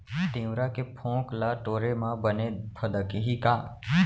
तिंवरा के फोंक ल टोरे म बने फदकही का?